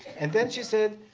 and then she said.